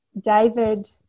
David